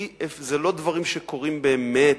אלה לא דברים שקורים באמת,